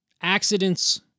accidents